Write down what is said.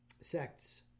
sects